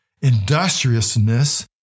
industriousness